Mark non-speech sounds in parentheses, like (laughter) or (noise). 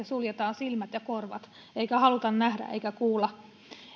(unintelligible) suljetaan silmät ja korvat eikä haluta nähdä eikä kuulla